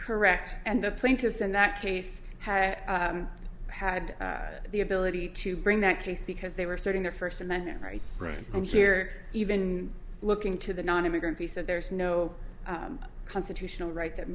correct and the plaintiffs in that case had had the ability to bring that case because they were starting their first amendment rights right on here even looking to the nonimmigrant he said there is no constitutional right that